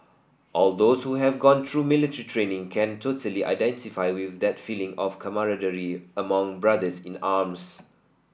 all those who have gone through military training can totally identify with that feeling of camaraderie among brothers in arms